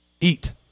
Eat